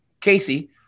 Casey